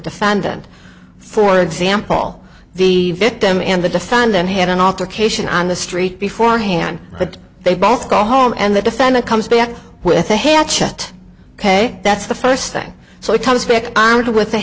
defendant for example the victim and the defendant had an altercation on the street before hand but they both go home and the defendant comes back with a hatchet ok that's the first thing so it comes back on to with the